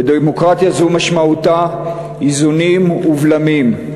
ודמוקרטיה זו משמעותה איזונים ובלמים.